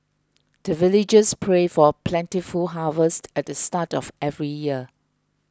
the villagers pray for plentiful harvest at the start of every year